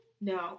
No